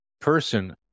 person